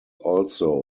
also